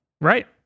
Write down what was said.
Right